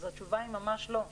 אז התשובה היא ממש לא.